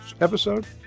episode